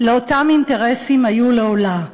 לאותם אינטרסים היו לעולה".